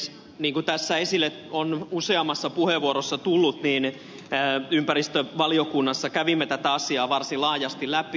niin kuin tässä esille on useammassa puheenvuorossa tullut ympäristövaliokunnassa kävimme tätä asiaa varsin laajasti läpi